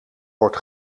wordt